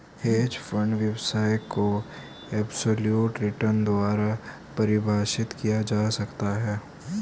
hedge fund व्यवसाय को absolute return द्वारा परिभाषित किया जा सकता है